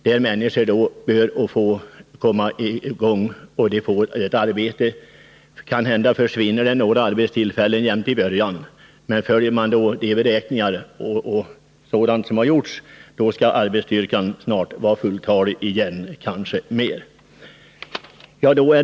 Det kan hända att några arbetstillfällen försvinner i början även där, men följer man de beräkningar som gjorts skall arbetsstyrkan snart vara fulltalig igen, kanske större än förut.